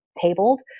tabled